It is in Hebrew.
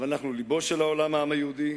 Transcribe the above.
אבל אנחנו לבו של העולם היהודי,